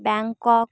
Bangkok